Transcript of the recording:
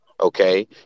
Okay